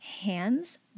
hands